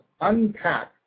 unpack